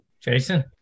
Jason